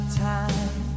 time